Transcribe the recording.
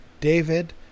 David